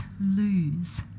lose